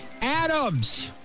Adams